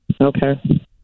okay